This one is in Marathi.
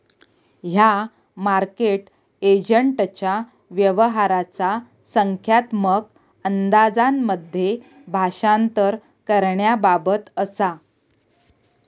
ह्या मार्केट एजंटच्या व्यवहाराचा संख्यात्मक अंदाजांमध्ये भाषांतर करण्याबाबत असा